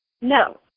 No